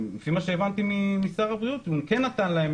הבנתי משר הבריאות שהוא כן נתן להם